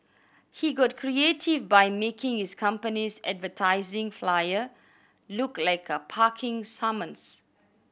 he got creative by making his company's advertising flyer look like a parking summons